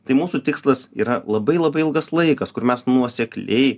tai mūsų tikslas yra labai labai ilgas laikas kur mes nuosekliai